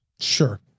sure